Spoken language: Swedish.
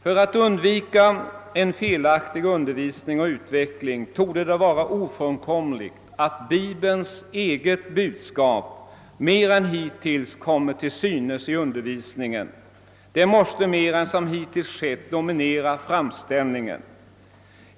För att undvika en felaktig undervisning och utveckling torde det vara ofrånkomligt att Bibelns eget budskap mer än hittills kommer till synes i undervisningen. Det måste mer än tidigare få dominera framställningen.